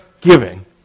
giving